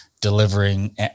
delivering